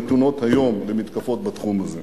נתונות היום למתקפות בתחום הזה.